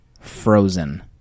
frozen